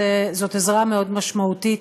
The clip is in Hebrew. זאת עזרה מאוד משמעותית